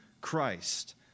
Christ